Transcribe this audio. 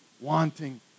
wanting